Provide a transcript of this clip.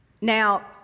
Now